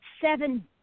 seven